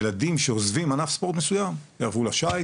ילדים שעוזבים ענף ספורט מסוים יעברו לשייט,